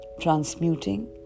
transmuting